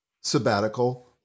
sabbatical